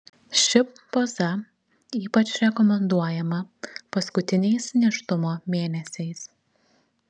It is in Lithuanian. ši poza ypač rekomenduojama paskutiniais nėštumo mėnesiais